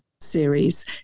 series